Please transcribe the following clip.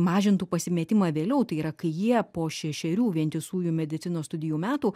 mažintų pasimetimą vėliau tai yra kai jie po šešerių vientisųjų medicinos studijų metų